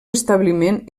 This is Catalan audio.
establiment